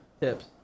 tips